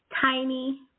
Tiny